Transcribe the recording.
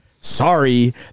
sorry